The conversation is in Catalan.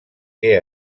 què